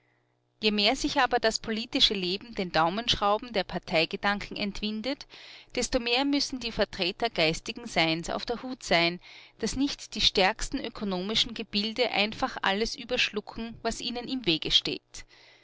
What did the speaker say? je mehr sich aber das politische leben den daumenschrauben der parteigedanken entwindet desto mehr müssen die vertreter geistigen seins auf der hut sein daß nicht die stärksten ökonomischen gebilde einfach alles überschlucken was ihnen im wege steht